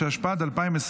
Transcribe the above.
התשפ"ד 2024,